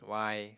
why